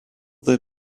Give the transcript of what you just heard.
there